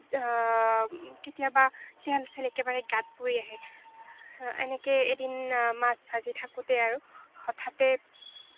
কেতিয়াবা তেল চেল একেবাৰে গাত পৰি আহে এনেকৈ এদিন মাছ ভাজি থাকোঁতে আৰু হঠাতে